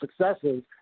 successes